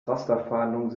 rasterfahndung